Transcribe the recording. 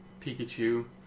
Pikachu